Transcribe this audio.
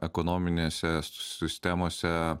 ekonominėse sistemose